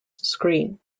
screen